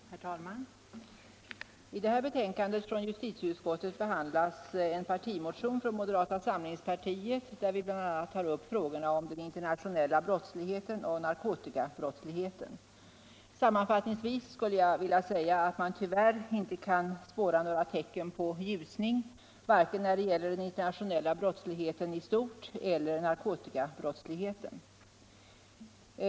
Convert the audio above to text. Herr talman! I det här betänkandet från justitieutskottet behandlas en partimotion från moderata samlingspartiet, där vi bl.a. tar upp frågorna om den internationella brottsligheten och narkotikabrottsligheten. Sammanfattningsvis skulle jag vilja säga att man tyvärr inte kan spåra några tecken på ljusning, varken när det gäller den internationella brottsligheten i stort eller i fråga om narkotikabrottsligheten.